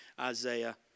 Isaiah